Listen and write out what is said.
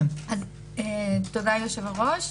תודה, יושב-הראש.